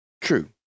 true